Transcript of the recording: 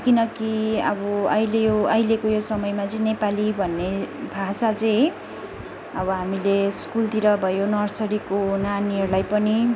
किनकि अब अहिले यो अहिलेको यो समयमा चाहिँ नेपाली भन्ने भाषा चाहिँ अब हामीले स्कुलतिर भयो नर्सरीको नानीहरूलाई पनि